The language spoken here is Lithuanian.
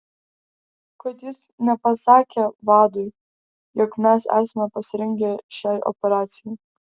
kad jis nepasakė vadui jog mes esame pasirengę šiai operacijai